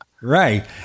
Right